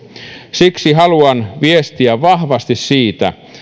siksi haluan viestiä vahvasti siitä